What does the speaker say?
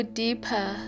deeper